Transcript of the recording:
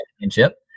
championship